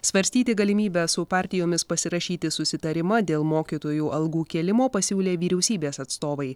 svarstyti galimybę su partijomis pasirašyti susitarimą dėl mokytojų algų kėlimo pasiūlė vyriausybės atstovai